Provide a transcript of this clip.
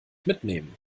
mitnehmen